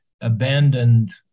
abandoned